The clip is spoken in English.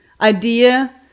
idea